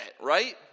Right